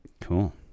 cool